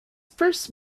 first